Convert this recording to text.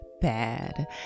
bad